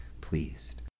pleased